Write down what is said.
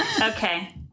Okay